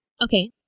Okay